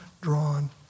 drawn